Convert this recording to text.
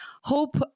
hope